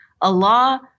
Allah